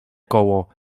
koło